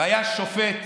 היה שופט